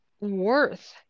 worth